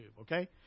okay